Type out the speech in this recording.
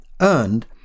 earned